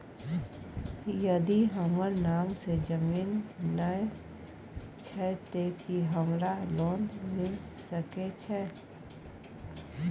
यदि हमर नाम से ज़मीन नय छै ते की हमरा लोन मिल सके छै?